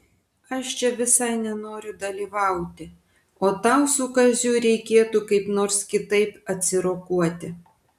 aš čia visai nenoriu dalyvauti o tau su kaziu reikėtų kaip nors kitaip atsirokuoti